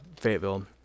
Fayetteville